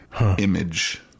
image